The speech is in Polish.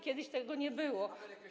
Kiedyś tego nie było.